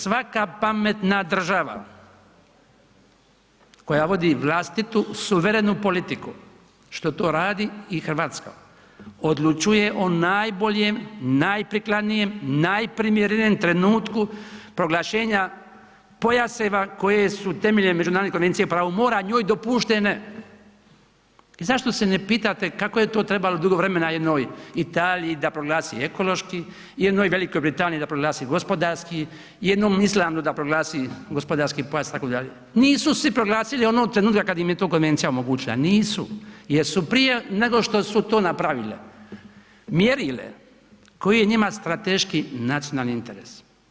Svaka pametna država koja vodi vlastitu suverenu politiku, što to radi i RH, odlučuje o najboljem, najprikladnijem, najprimjerenijem trenutku proglašenjem pojaseva koje su temeljem međunarodne Konvencije o pravu mora njoj dopuštene i zašto se ne pitate kako je to trebalo dugo vremena jednoj Italiji da proglasi ekološki, jednoj Velikoj Britaniji da proglasi gospodarski, jednom Islandu da proglasi gospodarski pojas itd., nisu svi proglasili onog trenutka kad im je to Konvencija omogućila, nisu jer su prije nego što su to napravile mjerile koji je njima strateški nacionalni interes.